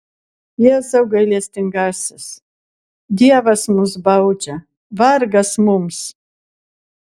jėzau gailestingasis dievas mus baudžia vargas mums